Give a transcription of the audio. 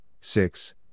six